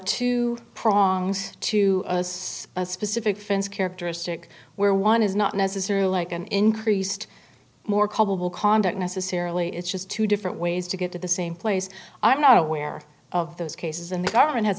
two prongs to a specific fence characteristic where one is not necessary like an increased more culpable conduct necessarily it's just two different ways to get to the same place i am not aware of those cases and the government ha